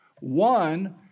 One